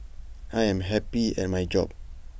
I am happy at my job